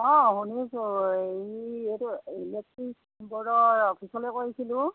অঁ শুনিছোঁ এই এইটো ইলেক্ট্ৰিক বৰ্ডৰ অফিচলৈ কৰিছিলোঁ